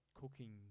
cooking